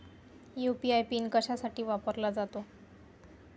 UPI PIN कशासाठी वापरला जातो?